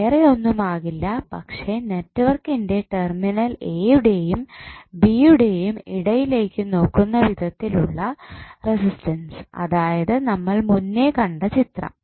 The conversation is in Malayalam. വേറെ ഒന്നും ആകില്ല പക്ഷേ നെറ്റ്വർക്കിൻ്റെ ടെർമിനൽ എ യുടെയും ബി യുടെയും ഇടയിലേക്ക് നോക്കുന്ന വിധത്തിലുള്ള റെസിസ്റ്റൻസ് അതായത് നമ്മൾ മുന്നേ കണ്ട ചിത്രം